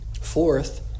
Fourth